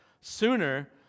sooner